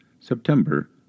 September